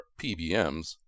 PBMs